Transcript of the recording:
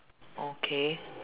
okay